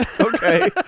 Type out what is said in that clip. Okay